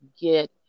get